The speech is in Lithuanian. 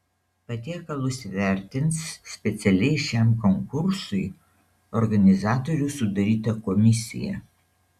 patiekalus vertins specialiai šiam konkursui organizatorių sudaryta komisija